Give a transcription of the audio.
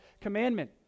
commandment